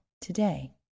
today